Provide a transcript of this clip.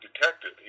detective